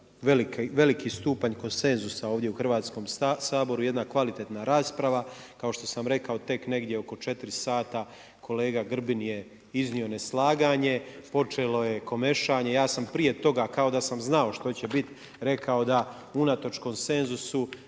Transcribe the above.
veliki stupanj konsenzusa ovdje u Hrvatskom saboru, jedna kvalitetna rasprava. Kao što sam rekao tek negdje oko 16h kolega Grbin je iznio neslaganje, počelo je komešanje. Ja sam prije toga kao da sam znao što će biti rekao da unatoč konsenzusu